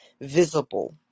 visible